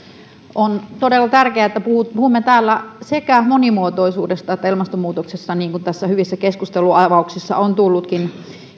on todella tärkeää että puhumme täällä sekä monimuotoisuudesta että ilmastonmuutoksesta niin kuin näissä hyvissä keskustelunavauksissa on tullutkin